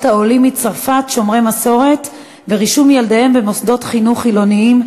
העולים מצרפת שומרי מסורת ורישום ילדיהם במוסדות חינוך חילוניים,